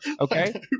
Okay